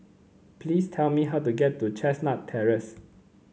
please tell me how to get to Chestnut Terrace